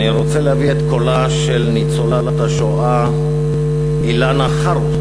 אני רוצה להביא את קולה של ניצולת השואה אילנה חרוסט,